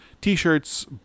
t-shirts